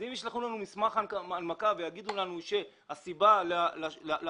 אם ישלחו לנו מסמך הנמקה ויגידו לנו שהסיבה להפחתה